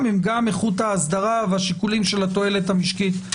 הם גם איכות האסדרה והשיקולים של התועלת המשקית.